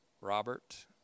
Robert